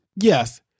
Yes